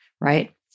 Right